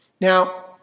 Now